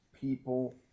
people